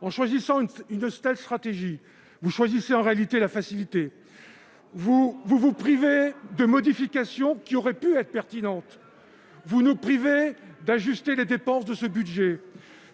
En choisissant une telle stratégie, vous optez en réalité pour la facilité. Vous vous privez de modifications qui auraient pu être pertinentes. Vous nous privez de la possibilité d'ajuster les dépenses de ce budget.